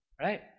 Right